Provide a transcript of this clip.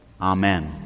Amen